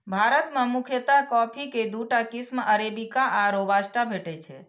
भारत मे मुख्यतः कॉफी के दूटा किस्म अरेबिका आ रोबास्टा भेटै छै